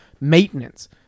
maintenance